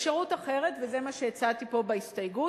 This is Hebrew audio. אפשרות אחרת היא מה שהצעתי פה בהסתייגות,